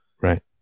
Right